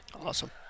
Awesome